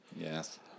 Yes